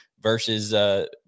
versus